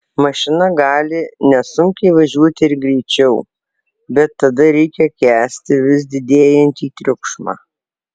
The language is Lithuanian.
mašina gali nesunkiai važiuoti ir greičiau bet tada reikia kęsti vis didėjantį triukšmą